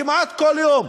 כמעט כל יום?